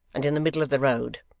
and in the middle of the road.